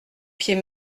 pied